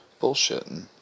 bullshitting